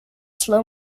slow